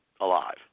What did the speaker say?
alive